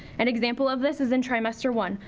an example of this is in trimester one.